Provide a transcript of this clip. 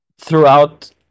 throughout